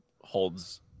holds